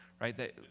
right